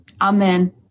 Amen